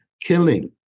killing